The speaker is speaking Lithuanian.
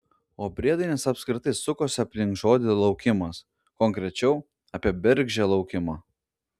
o priedainis apskritai sukosi aplink žodį laukimas konkrečiau apie bergždžią laukimą